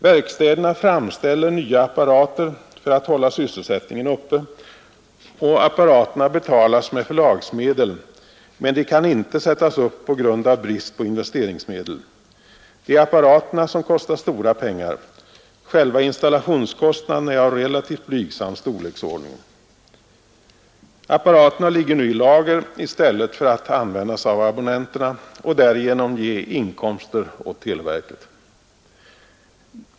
Verkstäderna framställer nya apparater för att hålla sysselsättningen uppe och apparaterna betalas med förlagsmedel, men de kan inte sättas upp på grund av brist på investeringsmedel. Det är apparaterna som kostar stora pengar; själva installationskostnaden är av relativt blygsam storleksordning. Apparaterna ligger nu i lager i stället för att användas av abonnenterna och därigenom ge inkomster åt televerket.